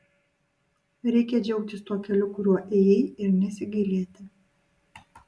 reikia džiaugtis tuo keliu kuriuo ėjai ir nesigailėti